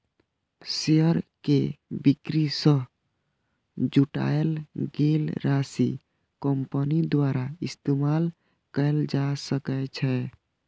share के बिक्री सं जुटायल गेल राशि कंपनी द्वारा इस्तेमाल कैल जा सकै छै